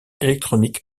electronic